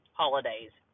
holidays